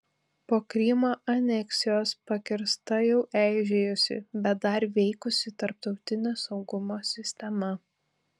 po krymo aneksijos pakirsta jau eižėjusi bet dar veikusi tarptautinė saugumo sistema